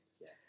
Yes